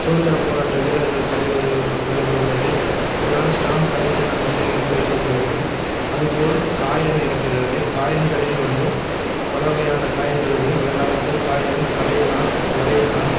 சுதந்திர போராட்ட வீரர்கள் தலைவர்கள் தலைமையில் உள்ளது இதனால் ஸ்டாம்ப் கலெக்ஷன் நம் சேகரித்து வைத்துக் கொள்கிறோம் அது போல் காயின் இருக்கிறது காயின்களில் வந்து பலவகையான காயின்கள் இருக்குது அந்த காலத்தில் காயின் அரையணா ஒருயணா